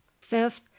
Fifth